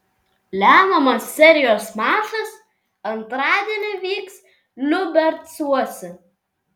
lemiamas serijos mačas antradienį vyks liubercuose